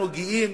אנחנו גאים